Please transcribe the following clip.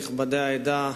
נכבדי העדה,